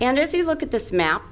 and if you look at this map